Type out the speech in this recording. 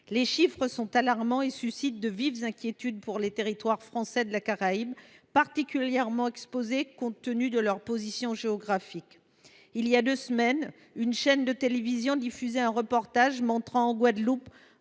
Les chiffres sont alarmants et suscitent de vives inquiétudes pour les territoires français de la Caraïbe, qui sont particulièrement exposés en raison de leur position géographique. Il y a deux semaines, une chaîne de télévision diffusait un reportage montrant, en Guadeloupe,